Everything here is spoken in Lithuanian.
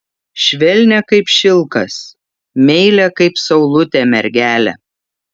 švelnią kaip šilkas meilią kaip saulutė mergelę